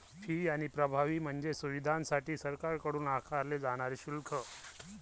fee आणि प्रभावी म्हणजे सुविधांसाठी सरकारकडून आकारले जाणारे शुल्क